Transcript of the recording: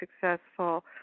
successful